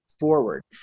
forward